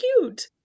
cute